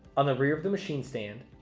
on the rear of the machine stand,